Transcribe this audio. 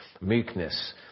Meekness